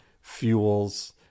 fuels